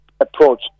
approach